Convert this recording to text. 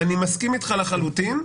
אני מסכים איתך לחלוטין.